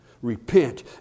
Repent